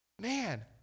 man